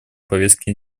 повестки